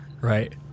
Right